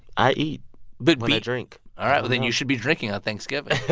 i eat but when i drink all right. well, then you should be drinking on thanksgiving.